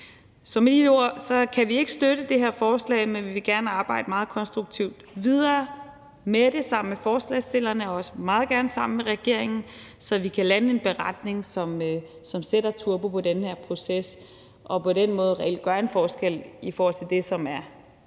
jeg sige, at vi ikke kan støtte det her forslag, men vi vil gerne arbejde meget konstruktivt videre med det sammen med forslagsstillerne og også meget gerne sammen med regeringen, så vi kan lande en beretning, som sætter turbo på den her proces og på den måde reelt gør en forskel i forhold til det, som er